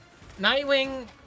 Nightwing